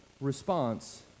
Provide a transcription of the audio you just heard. response